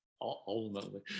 ultimately